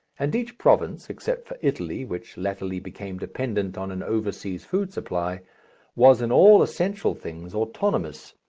and each province except for italy, which latterly became dependent on an over-seas food supply was in all essential things autonomous,